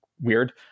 weird